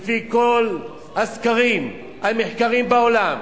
לפי כל הסקרים והמחקרים בעולם,